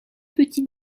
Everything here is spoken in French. petit